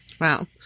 Wow